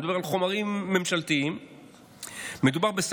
אני מדבר על חומרים ממשלתיים,